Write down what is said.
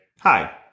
hi